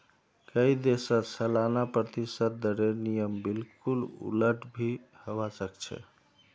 कई देशत सालाना प्रतिशत दरेर नियम बिल्कुल उलट भी हवा सक छे